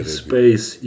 space